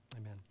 Amen